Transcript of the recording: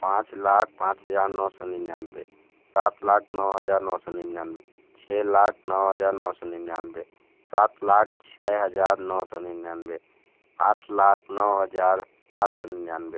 पाँच लाख पाँच हज़ार नौ सौ निन्यानवे सात लाख नौ हज़ार नौ सौ निन्यानवे छः लाख नौ हज़ार नौ सौ निन्यानवे सात लाख छः हज़ार नौ सौ निन्यानवे आठ लाख नौ हज़ार आठ सौ निन्यानवे